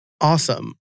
Awesome